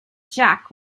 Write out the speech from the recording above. jack